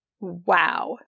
wow